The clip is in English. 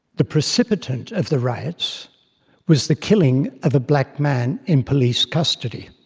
the precipitant of the riots was the killing of a black man in police custody.